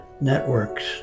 networks